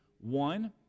one